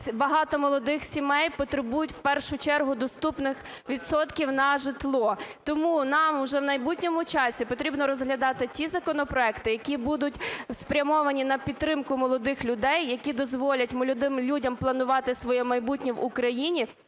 багато молодих сімей потребують в першу чергу доступних відсотків на житло. Тому нам вже в майбутньому часі потрібно розглядати ті законопроекти, які будуть спрямовані на підтримку молодих людей, які дозволять молодим людям планувати своє майбутнє в Україні